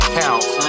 counts